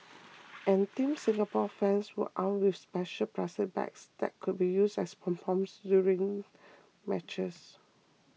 and Team Singapore fans were armed with special plastic bags that could be used as pom poms during matches